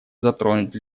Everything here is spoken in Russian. затронуть